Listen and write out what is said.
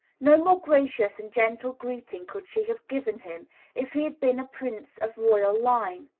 no more gracious and gentle greeting could she have given him if he had been a prince of royal line.